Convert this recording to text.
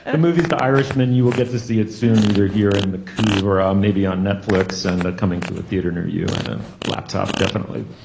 and the is the irishman you will get to see it soon either here in the cube or um maybe on netflix and coming to a theater near you and a laptop. definitely.